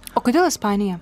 o kodėl ispanija